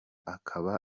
akaba